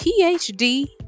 PhD